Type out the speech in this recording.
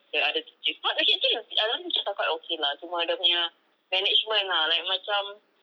the other teacher no actually actually the the other teachers are quite okay lah cuma the management ah like macam